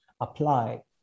apply